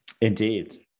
Indeed